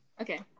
okay